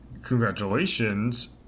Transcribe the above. congratulations